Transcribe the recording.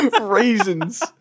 Raisins